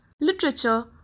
literature